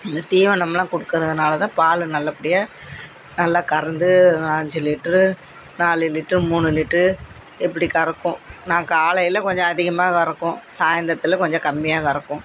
இந்த தீவனமெலாம் கொடுக்கறதுனால தான் பால் நல்லபடியாக நல்லா கறந்து அஞ்சு லிட்ரு நாலு லிட்ரு மூணு லிட்ரு இப்படி கறக்கும் நான் காலையில் கொஞ்சம் அதிகமாக கறக்கும் சாயந்தரத்துல கொஞ்சம் கம்மியாக கறக்கும்